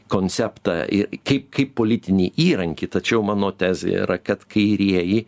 konceptą kaip kaip politinį įrankį tačiau mano tezė yra kad kairieji